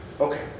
Okay